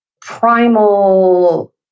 primal